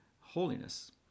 holiness